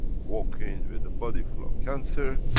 walk in with a body full of cancer,